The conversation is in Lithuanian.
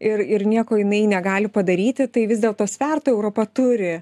ir ir nieko jinai negali padaryti tai vis dėlto svertų europa turi